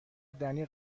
دنی